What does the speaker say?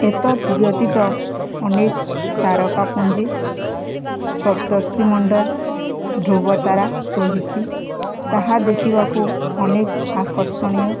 ଏତତ୍ ବ୍ୟତୀତ ଅନେକ ତାରକା ପୁଞ୍ଜି ସପ୍ତର୍ଷି ମଣ୍ଡଳ ଧ୍ରୁବତାରା ରହିଛି ତାହା ଦେଖିବାକୁ ଅନେକ ଆକର୍ଷଣୀୟ